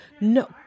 no